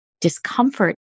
discomfort